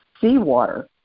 seawater